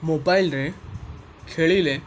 mobile ରେ ଖେଳିଲେ